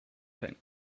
keinen